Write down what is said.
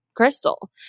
Crystal